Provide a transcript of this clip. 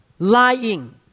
Lying